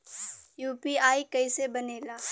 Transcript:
UPI कईसे बनेला?